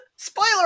Spoiler